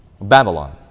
Babylon